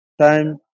time